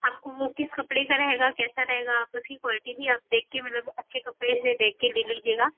आपको वह किस कपड़े का रहेगा कैसा रहेगा आप उसकी क्वालिटी भी आप देख के मतलब अच्छे कपड़े से देख के ले लीजिएगा